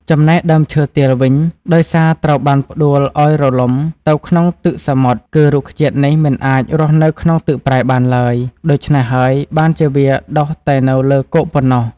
ចំណែកដើមឈើទាលវិញ ដោយសារត្រូវបានផ្តួលឲ្យរលំទៅក្នុងទឹកសមុទ្រ គឺរុក្ខជាតិនេះមិនអាចរស់នៅក្នុងទឹកប្រៃបានឡើយ ដូច្នេះហើយបានជាវាដុះតែនៅលើគោកប៉ុណ្ណោះ។